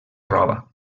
roba